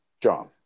john